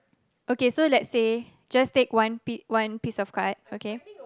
so let's say just take one piece one piece of card okay